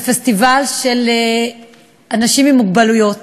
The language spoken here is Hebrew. זה פסטיבל של אנשים עם מוגבלות.